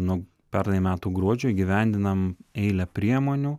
nuo pernai metų gruodžio įgyvendinam eilę priemonių